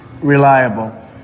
reliable